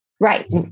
Right